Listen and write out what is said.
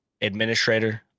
administrator